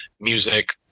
music